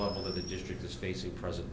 level of the district is facing present